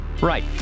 Right